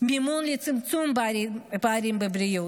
מימון לצמצום הפערים בבריאות,